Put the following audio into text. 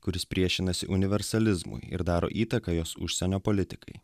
kuris priešinasi universalizmui ir daro įtaką jos užsienio politikai